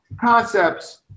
concepts